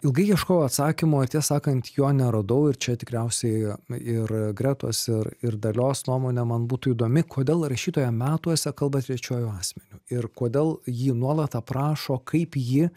ilgai ieškojau atsakymo ir tiesą sakant jo neradau ir čia tikriausiai na ir gretos ir ir dalios nuomonė man būtų įdomi kodėl rašytoja metuose kalba trečiuoju asmeniu ir kodėl ji nuolat aprašo kaip ji